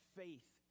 faith